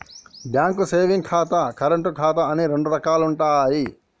bank savings ఖాతా, current ఖాతా అని రెండు రకాలుంటయ్యి